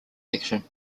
election